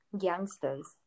youngsters